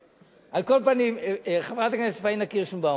על כל פנים, חברת הכנסת פאינה קירשנבאום,